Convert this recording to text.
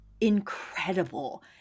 incredible